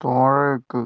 താഴേക്ക്